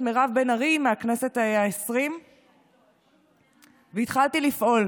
מירב בן ארי מהכנסת העשרים והתחלתי לפעול.